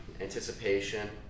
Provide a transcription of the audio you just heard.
anticipation